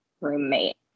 roommate